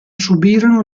subirono